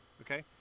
Okay